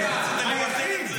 שההבדל היחיד --- רציתם לבטל את זה,